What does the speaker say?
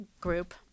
group